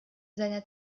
seiner